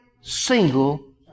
single